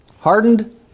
Hardened